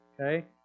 Okay